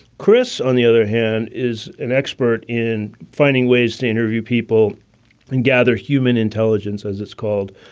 chris. on the other hand, is an expert in finding ways to interview people and gather human intelligence, as it's called,